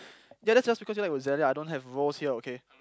yeah that's just because you like Roselia I don't have rose here okay